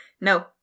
No